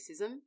racism